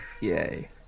Yay